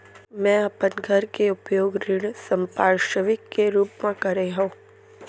मै अपन घर के उपयोग ऋण संपार्श्विक के रूप मा करे हव